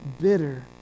Bitter